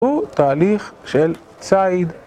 הוא תהליך של צייד